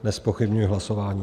Nezpochybňuji hlasování.